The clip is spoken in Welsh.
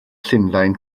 llundain